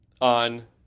on